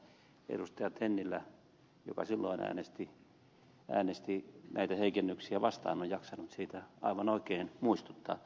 tennilä joka silloin äänesti näitä heikennyksiä vastaan on jaksanut aivan oikein muistuttaa